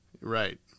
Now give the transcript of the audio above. Right